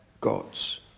gods